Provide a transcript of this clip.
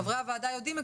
חברי הוועדה יודעים את זה,